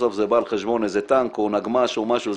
בסוף זה בא על חשבון איזה טנק או נגמ"ש או משהו.